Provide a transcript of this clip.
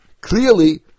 clearly